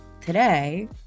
today